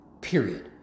period